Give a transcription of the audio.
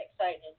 excited